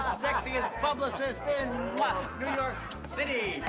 sexiest publicist in new york city!